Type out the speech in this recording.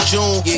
June